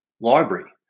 library